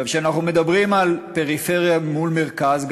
כשאנחנו מדברים על פריפריה מול מרכז,